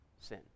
sin